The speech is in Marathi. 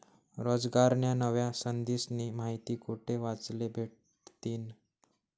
रोजगारन्या नव्या संधीस्नी माहिती कोठे वाचले भेटतीन?